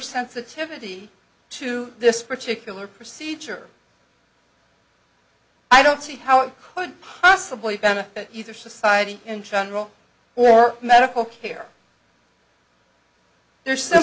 sensitivity to this particular procedure i don't see how it could possibly benefit either society in general or medical care there so